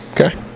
Okay